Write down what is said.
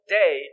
day